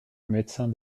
médecin